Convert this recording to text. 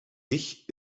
dich